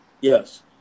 yes